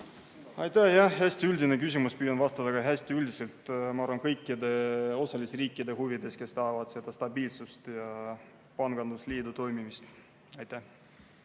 Jah, hästi üldine küsimus, püüan vastata ka hästi üldiselt. Ma arvan, et kõikide osalisriikide huvides, kes tahavad seda stabiilsust ja pangandusliidu toimimist. Paul